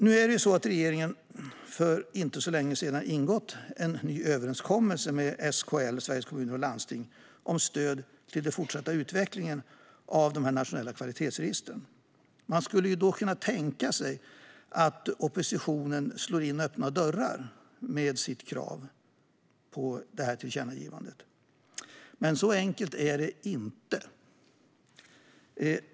Nu är det så att regeringen, för inte så länge sedan, ingått en ny överenskommelse med SKL, Sveriges Kommuner och Landsting, om stöd till den fortsatta utvecklingen av de nationella kvalitetsregistren. Man skulle då kunna tänka sig att oppositionen slår in öppna dörrar med sitt krav på tillkännagivandet. Men så enkelt är det inte.